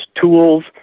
tools